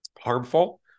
harmful